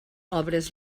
obres